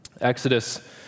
Exodus